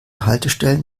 haltestellen